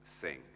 sing